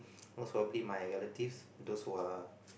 most probably my relatives those who are